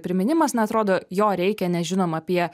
priminimas na atrodo jo reikia nežinom apie